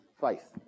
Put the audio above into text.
faith